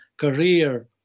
career